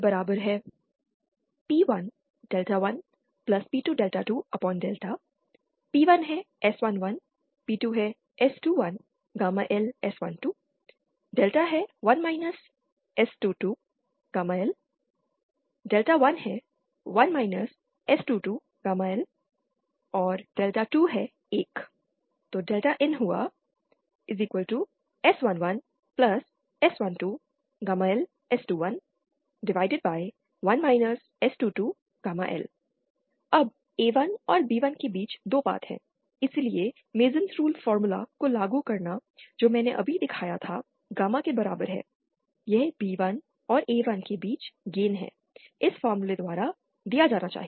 inb1a1P1∆1P2∆2∆ P1S11 P2S21LS12 ∆1 S22L ∆11 S22L ∆21 inS11S12LS211 S22L अब A1 और B1 के बीच 2 पाथ हैं इसलिए मेसनस रूलस फार्मूला को लागू करना जो मैंने अभी दिखाया था गामा के बराबर है यह B1 और A1 के बीच गेन है इस फार्मूला द्वारा दिया जाना चाहिए